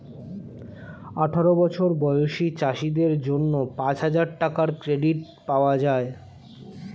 আঠারো বছর বয়সী চাষীদের জন্য পাঁচহাজার টাকার ক্রেডিট পাওয়া যায়